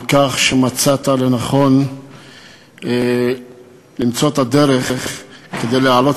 על כך שמצאת לנכון למצוא את הדרך להעלות